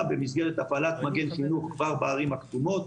במסגרת הפעלת מגן חינוך כבר בערים הכתומות,